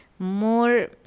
more